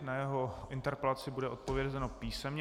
Na jeho interpelaci bude odpovězeno písemně.